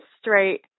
straight